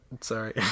sorry